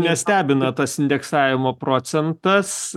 nestebina tas indeksavimo procentas